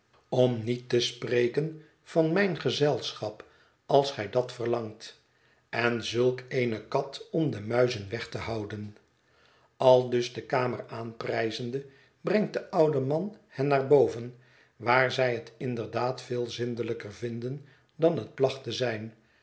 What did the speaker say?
om niet te spreken van mijn gezelschap als gij dat verlangt en zulk eene kat om de muizen weg te houden aldus de kamer aanprijzende brengt de oude man hen naar boven waar zij het inderdaad veel zinderlijker vinden dan het placht te zijn